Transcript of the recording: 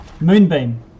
Moonbeam